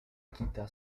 kita